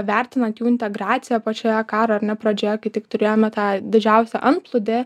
vertinant jų integraciją pačioje karo ar ne pradžioje kai tik turėjome tą didžiausią antplūdį